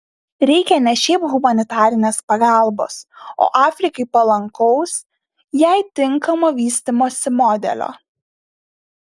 reikia ne šiaip humanitarinės pagalbos o afrikai palankaus jai tinkamo vystymosi modelio